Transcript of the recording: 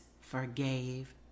forgave